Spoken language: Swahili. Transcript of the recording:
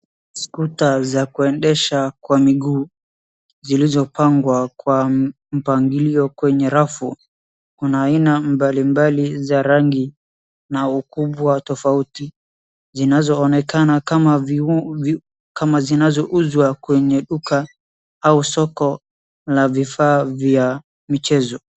Skuta za kuendesha kwa miguu zilizopangwa kwa mpangilio kwenye rafu. Kuna haina mbali mbali za rangi na ukumbwa tofauti zinazooneka kama zinazouzwa kwenye duka au soko la vifaa vya michezo.